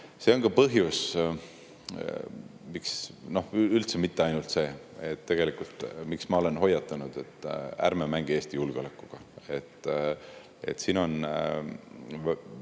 See on ka põhjus, miks … Ja üldse mitte ainult see. Tegelikult, miks ma olen hoiatanud, et ärme mängi Eesti julgeolekuga? Väga rumal